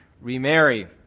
remarry